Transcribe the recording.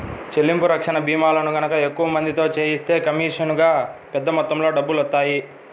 చెల్లింపు రక్షణ భీమాలను గనక ఎక్కువ మందితో చేయిస్తే కమీషనుగా పెద్ద మొత్తంలో డబ్బులొత్తాయి